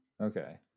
Okay